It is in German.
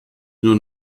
nur